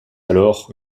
alors